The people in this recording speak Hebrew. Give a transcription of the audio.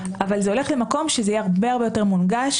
אבל זה הולך למקום שזה יהיה הרבה יותר מונגש,